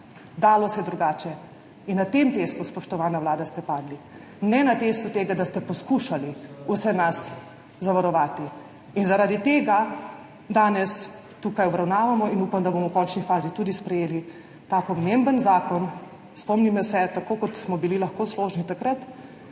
Dalo se je drugače in na tem testu, spoštovana Vlada, ste padli. Ne na testu tega, da ste poskušali vse nas zavarovati in zaradi tega danes tukaj obravnavamo in upam, da bomo v končni fazi tudi sprejeli ta pomemben zakon. Spomnimo se, tako kot smo bili lahko složni takrat,